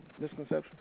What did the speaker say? misconception